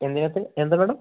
എന്തിനകത്ത് എന്താ മേഡം